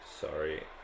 Sorry